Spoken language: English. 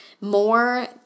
more